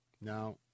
Now